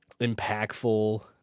impactful